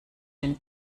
den